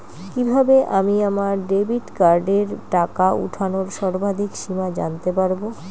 কিভাবে আমি আমার ডেবিট কার্ডের টাকা ওঠানোর সর্বাধিক সীমা জানতে পারব?